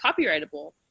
copyrightable